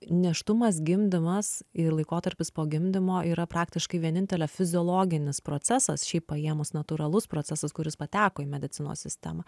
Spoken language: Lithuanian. nėštumas gimdymas ir laikotarpis po gimdymo yra praktiškai vienintelė fiziologinis procesas šiaip paėmus natūralus procesas kuris pateko į medicinos sistemą